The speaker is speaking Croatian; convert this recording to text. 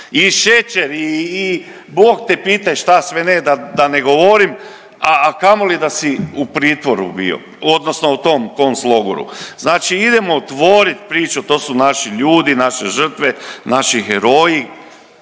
i šećer i Bog te pitaj šta sve ne da ne govorim, a kamoli da si u pritvoru bio odnosno tu tom konclogoru. Znači idemo otvorit priču to su naši ljudi, naše žrtve, naši heroji